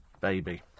Baby